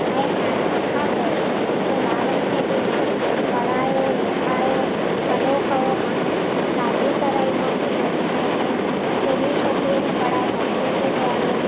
ऐं हाणे तंहिंखां पोइ मुंहिंजे ॿारनि खे बि मां पढ़ायो लिखायो वॾो कयोमान शादी कराईमास छोकिरीअ खे ऐं बि छोकिरी खे पढ़ाए नौकिरी ते वेहारियो